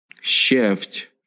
shift